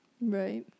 Right